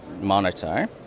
monitor